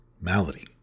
malady